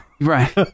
Right